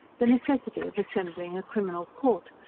the necessity of assembling a criminal court,